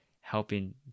helping